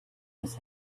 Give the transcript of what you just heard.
his